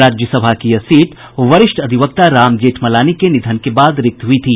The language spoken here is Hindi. राज्यसभा की यह सीट वरिष्ठ अधिवक्ता राम जेठमलानी के निधन के बाद रिक्त हुई थी